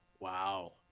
Wow